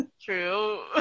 True